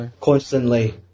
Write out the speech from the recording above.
constantly